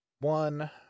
one